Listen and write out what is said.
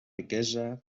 riquesa